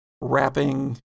wrapping